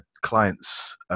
clients